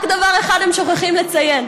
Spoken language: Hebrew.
רק דבר אחד הם שוכחים לציין,